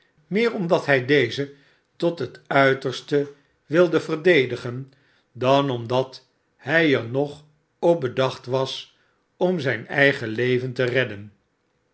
meer omdat hij dezen tot het uiterste wilde verdedigen dan omdat hij er nog op bedacht was om zijn eigen leven te redden